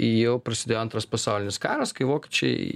jau prasidėjo antras pasaulinis karas kai vokiečiai